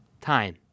time